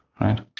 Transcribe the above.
right